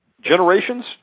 generations